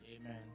Amen